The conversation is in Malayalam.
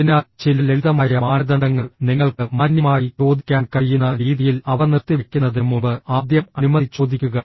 അതിനാൽ ചില ലളിതമായ മാനദണ്ഡങ്ങൾ നിങ്ങൾക്ക് മാന്യമായി ചോദിക്കാൻ കഴിയുന്ന രീതിയിൽ അവ നിർത്തിവയ്ക്കുന്നതിന് മുമ്പ് ആദ്യം അനുമതി ചോദിക്കുക